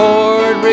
Lord